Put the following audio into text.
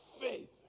faith